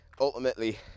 ultimately